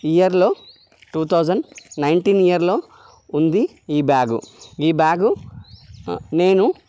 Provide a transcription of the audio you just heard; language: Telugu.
ఇయర్లో టూ థౌజండ్ నైంటీన్ ఇయర్లో ఉంది ఈ బ్యాగు ఈ బ్యాగు నేను